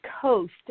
Coast